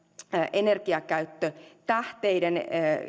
energiakäyttö ja tähteiden